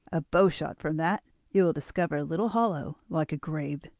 a bow-shot from that you will discover a little hollow like a grave.